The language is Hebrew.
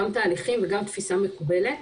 גם תהליכים וגם תפיסה מקובלת